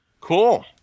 Cool